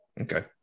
Okay